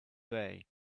day